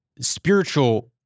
spiritual